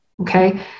okay